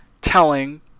telling